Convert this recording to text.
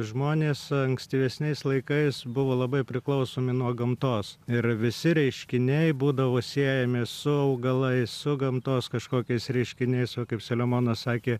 žmonės ankstyvesniais laikais buvo labai priklausomi nuo gamtos ir visi reiškiniai būdavo siejami su augalai su gamtos kažkokiais reiškiniais va kaip selemonas sakė